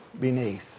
beneath